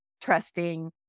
trusting